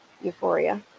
euphoria